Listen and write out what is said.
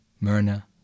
Myrna